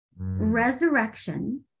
Resurrection